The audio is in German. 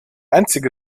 einzige